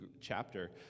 chapter